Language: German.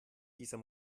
dieser